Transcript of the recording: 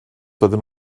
doedden